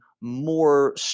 more